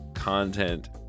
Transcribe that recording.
content